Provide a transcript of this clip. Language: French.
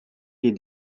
l’est